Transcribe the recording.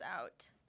out